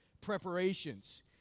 preparations